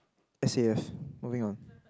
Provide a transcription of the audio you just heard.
S_A_F moving on